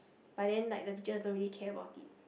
but then like the teachers didn't really care about it